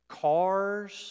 cars